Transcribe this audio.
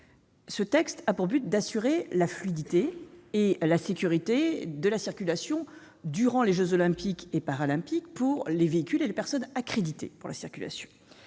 Le texte a pour objet d'assurer la fluidité et la sécurité de la circulation durant les jeux Olympiques et Paralympiques pour les véhicules et les personnes accrédités. Cela devrait